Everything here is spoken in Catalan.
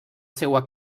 seua